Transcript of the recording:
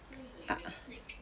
ah